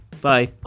Bye